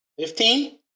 Fifteen